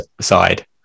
side